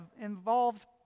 involved